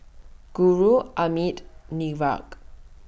Guru Amit